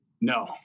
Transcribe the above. No